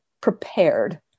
prepared